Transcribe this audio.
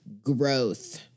Growth